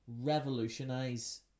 revolutionize